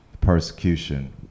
persecution